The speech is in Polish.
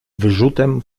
wyrzutem